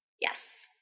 Yes